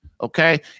Okay